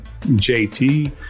JT